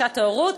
שעת ההורות,